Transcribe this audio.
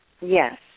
Yes